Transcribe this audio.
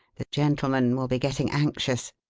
the gentlemen will be getting anxious.